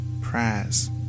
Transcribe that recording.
prayers